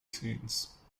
teens